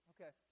Okay